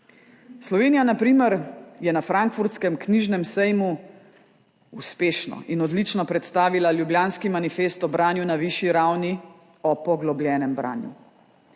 primer, je na Frankfurtskem knjižnem sejmu uspešno in odlično predstavila Ljubljanski manifest o branju na višji ravni, o poglobljenem branju.